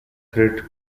threat